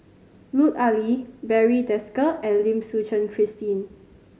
Lut Ali Barry Desker and Lim Suchen Christine